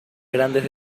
grandes